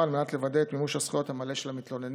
על מנת לוודא את מימוש הזכויות המלא של המתלוננים,